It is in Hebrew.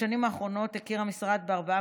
בשנים האחרונות הכיר המשרד בארבעה